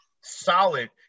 solid